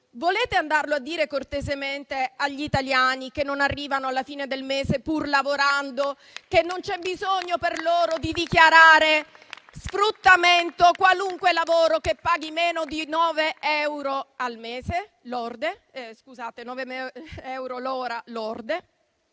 Volete andare a dire cortesemente agli italiani, che non arrivano alla fine del mese pur lavorando, che non c'è bisogno per loro di dichiarare sfruttamento qualunque lavoro che paghi meno di nove euro l'ora lorde?